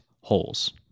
holes